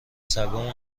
سگامو